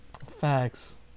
Facts